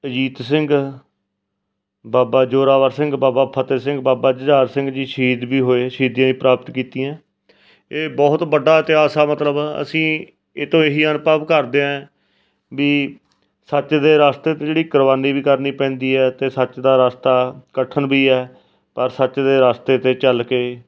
ਬਾਬਾ ਅਜੀਤ ਸਿੰਘ ਬਾਬਾ ਜੋਰਾਵਰ ਸਿੰਘ ਬਾਬਾ ਫਤਿਹ ਸਿੰਘ ਬਾਬਾ ਜੁਝਾਰ ਸਿੰਘ ਜੀ ਸ਼ਹੀਦ ਵੀ ਹੋਏ ਸ਼ਹੀਦੀਆਂ ਦੀ ਪ੍ਰਾਪਤ ਕੀਤੀਆਂ ਇਹ ਬਹੁਤ ਵੱਡਾ ਇਤਿਹਾਸ ਆ ਮਤਲਬ ਅਸੀਂ ਇਹ ਤੋਂ ਇਹੀ ਅਨੁਭਵ ਕਰਦੇ ਐਂ ਵੀ ਸੱਚ ਦੇ ਰਸਤੇ 'ਤੇ ਜਿਹੜੀ ਕੁਰਬਾਨੀ ਵੀ ਕਰਨੀ ਪੈਂਦੀ ਹੈ ਅਤੇ ਸੱਚ ਦਾ ਰਸਤਾ ਕਠਿਨ ਵੀ ਹੈ ਪਰ ਸੱਚ ਦੇ ਰਸਤੇ 'ਤੇ ਚੱਲ ਕੇ